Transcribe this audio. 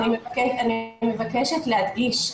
אני מבקשת להדגיש,